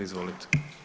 Izvolite.